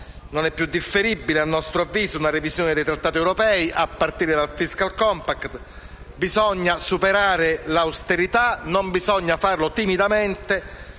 Non è più differibile - a nostro avviso - una revisione dei trattati europei, a partire dal *fiscal compact.* Bisogna superare l'austerità e non bisogna farlo timidamente